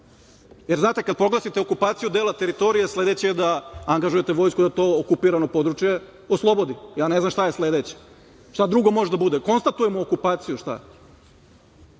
Jer, znate, kad proglasite okupaciju dela teritorije, sledeće je da angažujete vojsku da to okupirano područje oslobodi. Ja ne znam šta drugo može da bude? Da konstatujemo okupaciju? Što se